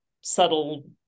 subtle